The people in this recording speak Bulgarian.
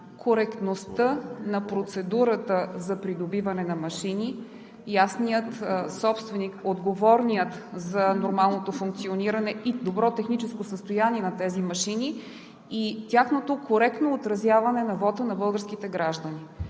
коректността на процедурата за придобиване на машини, ясния собственик, отговорния за нормалното функциониране и добро техническо състояние на тези машини и тяхното коректно отразяване на вота на българските граждани.